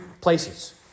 places